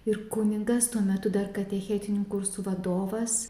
ir kunigas tuo metu dar katechetinių kursų vadovas